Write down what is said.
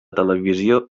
televisió